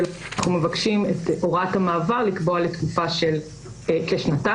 ואנחנו מבקשים את הוראת המעבר לקבוע לתקופה של כשנתיים.